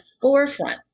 forefront